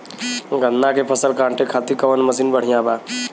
गन्ना के फसल कांटे खाती कवन मसीन बढ़ियां बा?